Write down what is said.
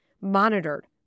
monitored